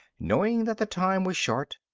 knowing that the time was short,